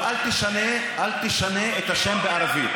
אבל אל תשנה את השם בערבית.